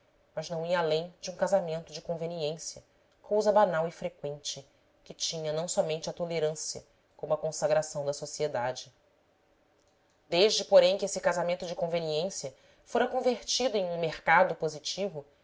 mas não ia além de um casamento de conveniência cousa banal e freqüente que tinha não somente a tolerância como a consagração da socie dade desde porém que esse casamento de conveniência fora convertido em um mercado positivo